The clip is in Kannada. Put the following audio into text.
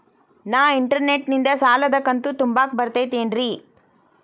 ನಾ ಇಂಟರ್ನೆಟ್ ನಿಂದ ಸಾಲದ ಕಂತು ತುಂಬಾಕ್ ಬರತೈತೇನ್ರೇ?